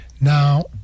Now